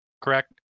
correct